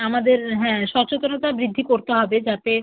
আমাদের হ্যাঁ সচেতনতা বৃদ্ধি করতে হবে যাতে